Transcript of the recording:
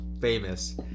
famous